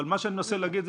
אם הם יכולים 14,